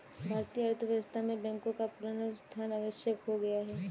भारतीय अर्थव्यवस्था में बैंकों का पुनरुत्थान आवश्यक हो गया है